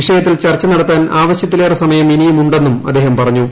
വിഷയത്തിൽ ചർച്ച നടത്താൻ ആവശൃത്തിലേറെ സമയം ഇനിയുമുടെ ന്നും അദ്ദേഹം പറഞ്ഞു